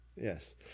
yes